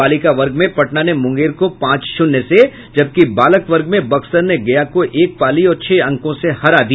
बालिका वर्ग में पटना ने मुंगेर को पांच शून्य से जबकि बालक वर्ग में बक्सर ने गया को एक पाली और छह अंकों से हरा दिया